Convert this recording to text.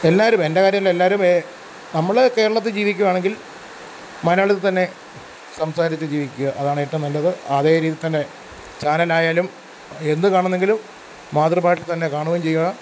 എല്ലാവരും എൻ്റെ കാര്യവുമല്ലാ എല്ലാവരും നമ്മൾ കേരളത്തിൽ ജീവിക്കുവാണെങ്കിൽ മലയാളത്തിൽ തന്നെ സംസാരിച്ച് ജീവിക്കുക അതാണ് ഏറ്റവും നല്ലത് അതേ രീതിയിൽ തന്നെ ചാനലിലായാലും എന്തു കാണുന്നെങ്കിലും മാതൃഭാഷ തന്നെ കാണുകയും ചെയ്യണം